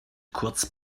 kurz